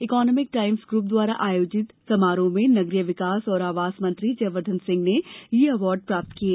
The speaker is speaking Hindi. इकोनॉमिक टाईम्स ग्रप द्वारा आयोजित समारोह में नगरीय विकास एवं आवास मंत्री जयवर्द्वन सिंह ने यह अवार्ड प्राप्त किए